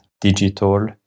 digital